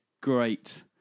great